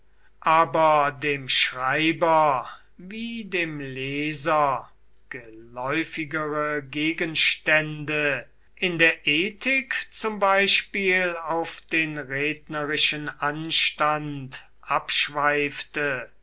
aber dem schreiber wie dem leser geläufigere gegenstände in der ethik zum beispiel auf den rednerischen anstand abschweifte